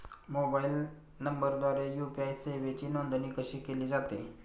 Mobile नंबरद्वारे UPI सेवेची नोंदणी कशी केली जाते?